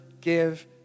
give